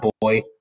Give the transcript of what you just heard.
boy